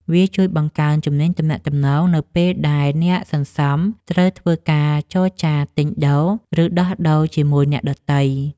វាជួយបង្កើនជំនាញទំនាក់ទំនងនៅពេលដែលអ្នកសន្សំត្រូវធ្វើការចរចាទិញដូរ ឬដោះដូរជាមួយអ្នកដទៃ។